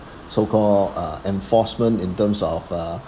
so-called uh enforcement in terms of uh